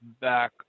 back